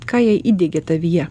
ką jie įdiegė tavyje